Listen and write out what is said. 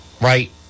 right